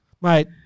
mate